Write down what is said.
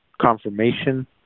confirmation